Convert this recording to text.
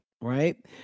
right